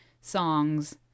songs